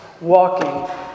walking